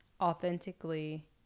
authentically